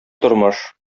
тормыш